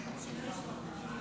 נתקבלו.